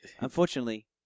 unfortunately